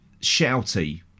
shouty